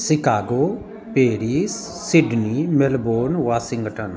Chicago Paris Sydney Melbourne Washington